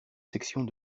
sections